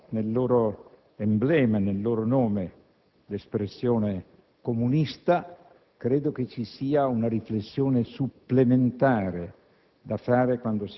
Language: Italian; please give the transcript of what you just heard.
portano nel loro emblema e nel loro nome l'espressione "comunista"), credo vi sia una riflessione supplementare